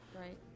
Right